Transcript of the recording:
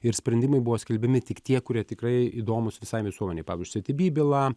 ir sprendimai buvo skelbiami tik tie kurie tikrai įdomūs visai visuomenei pavyž sitiby byla